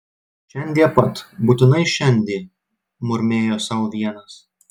šiandie pat būtinai šiandie murmėjo sau vienas